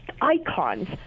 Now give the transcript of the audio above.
icons